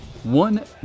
One